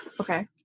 okay